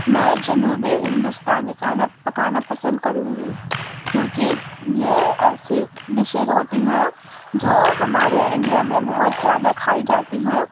میں جنوبی ہندوستانی کھانا پکانا پسند کروں گی کیوںکہ یہ ایسی ڈشیز ہوتی ہیں جو ہمارے انڈیا میں بہت زیادہ کھائی جاتی ہیں